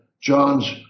John's